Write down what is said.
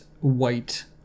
white